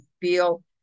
feel